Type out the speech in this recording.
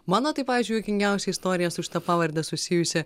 mano tai pavyzdžiui juokingiausia istorija su šita pavarde susijusi